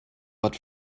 but